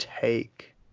take